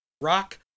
rock